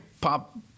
pop